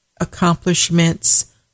accomplishments